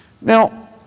Now